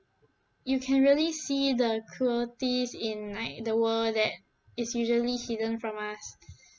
you can really see the cruelties in like the world that is usually hidden from us